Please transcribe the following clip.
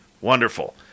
Wonderful